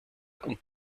und